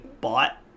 bought